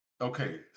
Okay